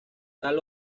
tal